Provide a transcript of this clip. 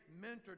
mentored